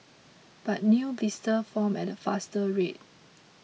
but new blisters formed at a faster rate